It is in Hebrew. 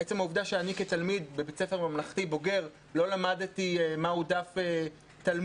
אני כתלמיד בבית ספר ממלכתי לא למדתי מה הוא דף תלמוד